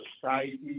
society